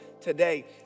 today